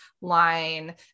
line